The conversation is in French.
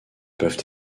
peuvent